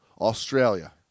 Australia